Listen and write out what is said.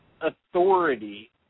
authority